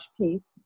piece